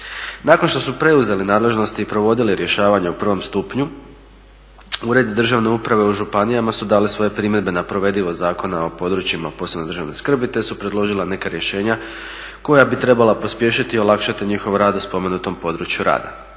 Nakon što su preuzele nadležnosti provodili rješavanje u prvom stupnju uredi državne uprave u županijama su dale svoje primjedbe na provedivost Zakona o područjima od posebne državne skrbi te su predložila neka rješenja koja bi trebala pospješiti i olakšati njihov rad u spomenutom području rada.